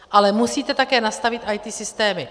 Ale musíte také nastavit IT systémy.